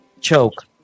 Choke